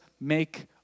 make